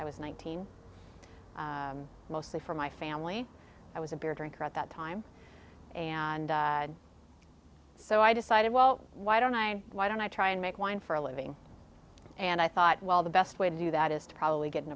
i was nineteen mostly for my family i was a beer drinker at that time and so i decided well why don't i why don't i try and make wine for a living and i thought well the best way to do that is to probably get an